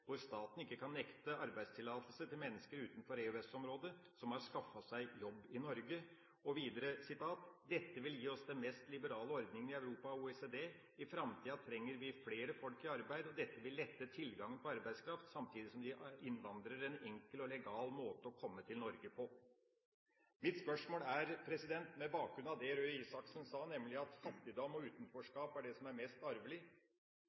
hvor staten ikke kan nekte arbeidstillatelse til mennesker utenfor EØS-området som har skaffet seg jobb i Norge.» Og videre: «Dette vil gi oss den mest liberale ordningen i Europa og OECD. I fremtiden trenger vi flere folk i arbeid, og dette vil lette tilgangen på arbeidskraft, samtidig som det gir innvandrere en enkel og legal måte å komme til Norge på.» På bakgrunn av det Røe Isaksen sa, nemlig at fattigdom og utenforskap er det som er mest arvelig,